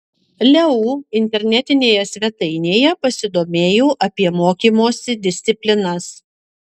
leu internetinėje svetainėje pasidomėjau apie mokymosi disciplinas